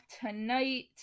tonight